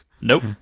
Nope